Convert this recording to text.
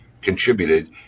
contributed